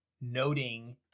noting